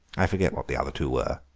i forget what the other two were.